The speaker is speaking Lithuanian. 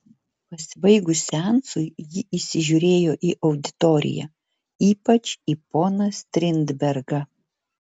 pasibaigus seansui ji įsižiūrėjo į auditoriją ypač į poną strindbergą